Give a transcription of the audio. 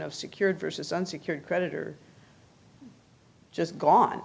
of secured versus unsecured creditor just gone